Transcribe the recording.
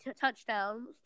touchdowns